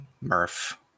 Murph